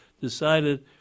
decided